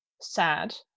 sad